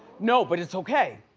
no, but it's okay.